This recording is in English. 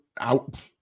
out